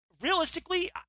realistically